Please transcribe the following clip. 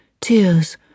Tears